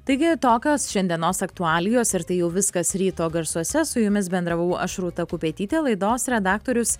taigi tokios šiandienos aktualijos ir tai jau viskas ryto garsuose su jumis bendravau aš rūta kupetytė laidos redaktorius